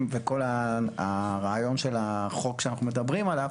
וכל הרעיון של החוק שאנחנו מדברים עליו.